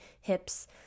hips